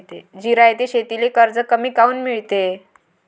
जिरायती शेतीले कर्ज कमी काऊन मिळते?